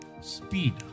Speed